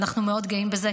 ואנחנו מאוד גאים בזה,